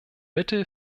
mittel